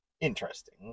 Interesting